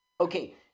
Okay